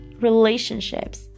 relationships